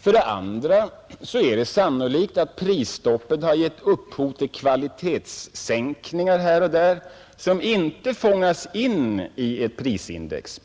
För det andra är det sannolikt att prisstoppet här och där har givit upphov till kvalitetssänkningar som inte fångas in i ett prisindex.